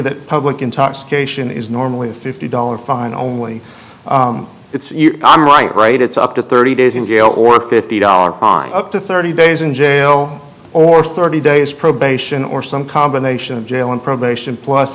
that public intoxication is normally a fifty dollars fine only it's right it's up to thirty days in jail or fifty dollars fine up to thirty days in jail or thirty days probation or some combination of jail and probation plus